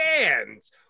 fans